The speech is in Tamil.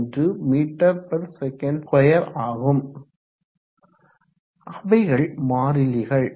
81 msec2 ஆகும் அவைகள் மாறிலிகள்